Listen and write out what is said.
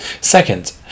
Second